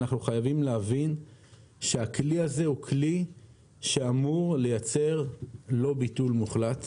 אנחנו חייבים להבין שהכלי הזה הוא כלי שאמור לייצר לא ביטול מוחלט,